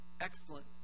Excellent